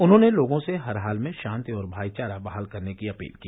उन्होंने लोगों से हर हाल में शांति और भाईचारा बहाल करने की अपील की